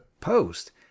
post